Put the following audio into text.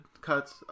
cuts